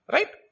Right